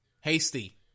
Hasty